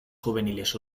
juveniles